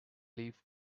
leaf